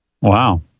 Wow